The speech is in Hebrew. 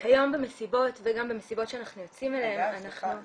כיום במסיבות וגם במסיבות שאנחנו יוצאים אליהם --- סליחה,